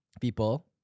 people